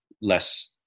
less